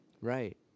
right